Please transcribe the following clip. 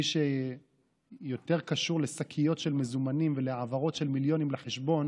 מי שיותר קשור לשקיות של מזומנים ולהעברות של מיליונים לחשבון